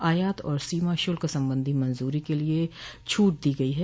आयात और सीमा शुल्क संबंधी मंजूरी के लिए छूट दी गई है